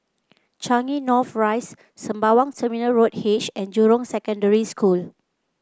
Changi North Rise Sembawang Terminal Road H and Jurong Secondary School